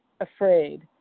afraid